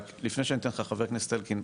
רק לפני שאני אתן לך, חבר הכנסת אלקין.